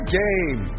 game